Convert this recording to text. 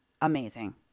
amazing